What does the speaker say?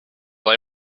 they